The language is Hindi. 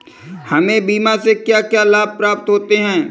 हमें बीमा से क्या क्या लाभ प्राप्त होते हैं?